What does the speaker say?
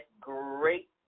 great